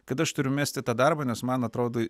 kad aš turiu mesti tą darbą nes man atrodo